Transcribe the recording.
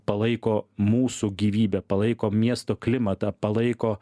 palaiko mūsų gyvybę palaiko miesto klimatą palaiko